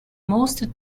most